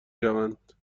شوند